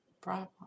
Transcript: problem